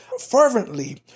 fervently